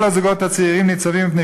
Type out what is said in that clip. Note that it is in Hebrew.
כך כל הזוגות הצעירים ניצבים בפני